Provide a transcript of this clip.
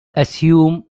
assume